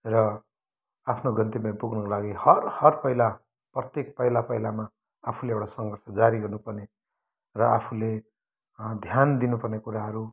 र आफ्नो गन्तव्यमा पुग्नुको लागि हर हर पाइला प्रर्त्येक पाइला पाइलामा आफूले एउटा सङ्घर्ष जारी गर्नु पर्ने र आफूले ध्यान दिनुपर्ने कुराहरू